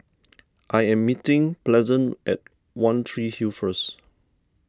I am meeting Pleasant at one Tree Hill first